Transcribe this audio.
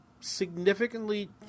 significantly